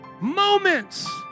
Moments